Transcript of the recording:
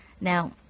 Now